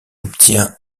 obtient